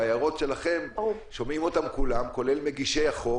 כולם שומעים את ההערות שלכם, כולל מגישי החוק